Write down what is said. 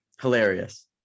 Hilarious